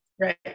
right